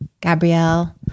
Gabrielle